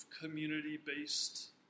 community-based